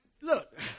Look